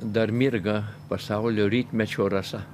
dar mirga pasaulio rytmečio rasa